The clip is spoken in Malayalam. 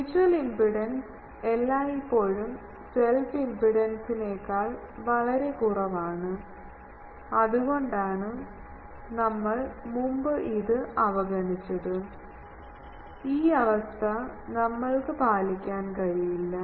മ്യൂച്വൽ ഇംപെഡൻസ് എല്ലായ്പ്പോഴും സെൽഫ് ഇംപെഡൻസിനേക്കാൾ വളരെ കുറവാണ് അതുകൊണ്ടാണ് നമ്മൾ മുമ്പ് ഇത് അവഗണിച്ചത് ഈ അവസ്ഥ നമ്മൾക്ക് പാലിക്കാൻ കഴിയില്ല